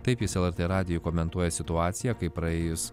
taip jis lrt radijui komentuoja situaciją kai praėjus